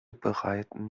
bereiten